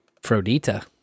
Frodita